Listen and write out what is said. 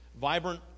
vibrant